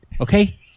okay